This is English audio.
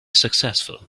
successful